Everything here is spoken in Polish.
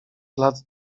lat